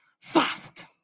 fast